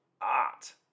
art